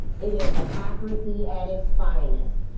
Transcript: it is hypocrisy at its finest.